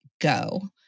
go